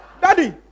daddy